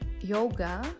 yoga